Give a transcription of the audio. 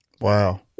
Wow